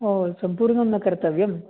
ओ सम्पूर्णं न कर्तव्यं